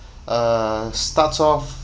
uh starts off